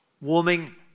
Warming